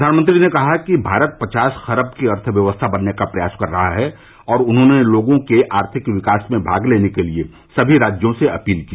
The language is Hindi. प्रधानमंत्री ने कहा कि भारत पचास खरब की अर्थव्यवस्था बनने का प्रयास कर रहा है और उन्होंने देश के आर्थिक विकास में भाग लेने के लिए सभी राज्यों से अपील की